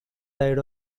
died